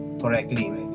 correctly